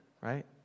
Right